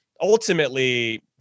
ultimately